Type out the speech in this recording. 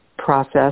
process